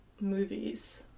movies